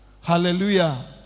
Hallelujah